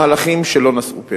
מהלכים שלא נשאו פרי.